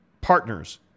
partners